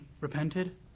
repented